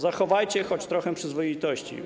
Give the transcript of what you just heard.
Zachowajcie choć trochę przyzwoitości.